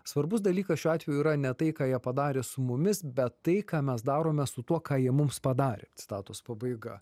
svarbus dalykas šiuo atveju yra ne tai ką jie padarė su mumis bet tai ką mes darome su tuo ką jie mums padarė citatos pabaiga